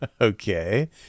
okay